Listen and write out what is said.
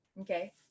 Okay